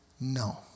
no